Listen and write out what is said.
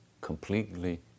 completely